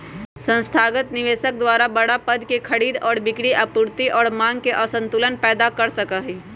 संस्थागत निवेशक द्वारा बडड़ा पद के खरीद और बिक्री आपूर्ति और मांग असंतुलन पैदा कर सका हई